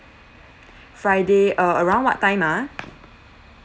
friday uh around what time ah